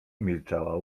milczała